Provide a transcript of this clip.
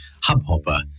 Hubhopper